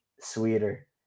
sweeter